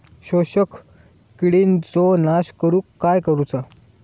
शोषक किडींचो नाश करूक काय करुचा?